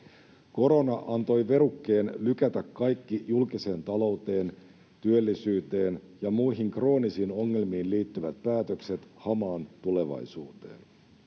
Korona antoi verukkeen lykätä kaikki julkiseen talouteen, työllisyyteen ja muihin kroonisiin ongelmiin liittyvät päätökset hamaan tulevaisuuteen.